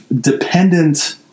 dependent